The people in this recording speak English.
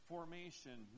Formation